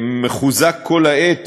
מחוזק כל העת,